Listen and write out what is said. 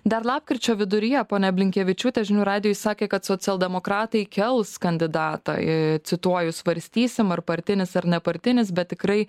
dar lapkričio viduryje ponia blinkevičiūtė žinių radijui sakė kad socialdemokratai kels kandidatą į cituoju svarstysim ar partinis ar nepartinis bet tikrai